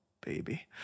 baby